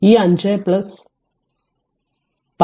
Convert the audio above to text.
ഇത് 5 10 15 ആണ്